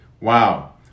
Wow